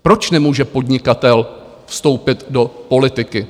Proč nemůže podnikatel vstoupit do politiky?